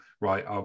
right